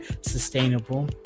sustainable